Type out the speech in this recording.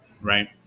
Right